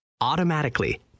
automatically